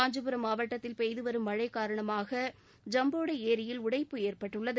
காஞ்சிபுரம் மாவட்டத்தில் பெய்து வரும் மழை காரணமாக ஜம்போடை ஏரியில் உடைப்பு ஏற்பட்டுள்ளது